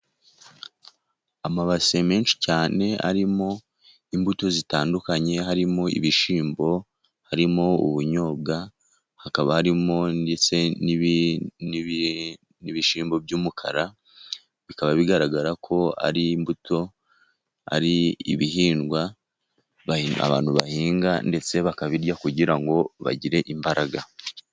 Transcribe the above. Amabase menshi cyane arimo imbuto zitandukanye harimo ibishyimbo, harimo ubunyobwa, hakaba harimo ndetse n'ibishyimbo by'umukara bikaba bigaragara ko ari imbuto ari ibihingwa abantu bahinga ndetse bakabirya kugira ngo bagire imbaraga.